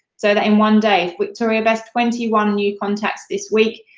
so that in one day. victoria best, twenty one new contacts this week.